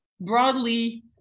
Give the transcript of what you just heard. broadly